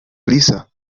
prisa